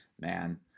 man